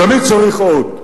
תמיד צריך עוד.